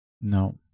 No